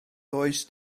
does